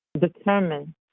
determined